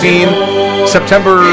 September